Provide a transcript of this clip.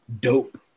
dope